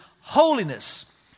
holiness